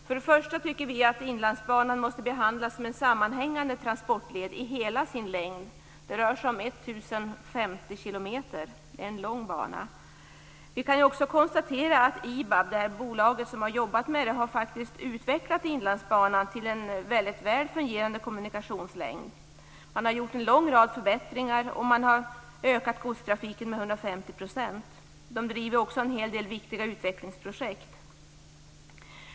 Först och främst tycker vi att Inlandsbanan måste behandlas som en sammanhängande transportled i hela sin längd. Det rör sig om 1 050 km. Det är en lång bana. Vi kan också konstatera att IBAB, det bolag som har jobbat med den, faktiskt har utvecklat Inlandsbanan till en mycket väl fungerande kommunikationslänk. Man har gjort en lång rad förbättringar, och man har ökat godstrafiken med 150 %. Man driver också en hel del viktiga utvecklingsprojekt.